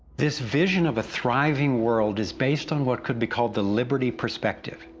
this vision of a thriving world is based on what could be called the liberty perspective.